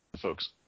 folks